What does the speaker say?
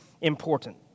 important